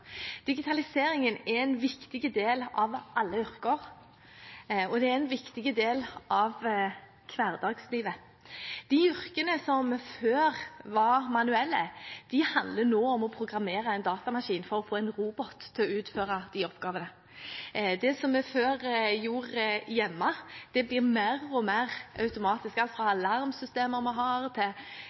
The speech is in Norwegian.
Digitaliseringen er en viktig del av alle yrker, og det er en viktig del av hverdagslivet. De yrkene som før var manuelle, handler nå om å programmere en datamaskin for å få en robot til å utføre oppgavene. Det som vi før gjorde hjemme, blir mer og mer automatisk – alt fra